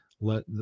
Let